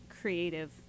creative